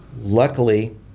Luckily